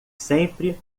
sempre